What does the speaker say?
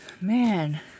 Man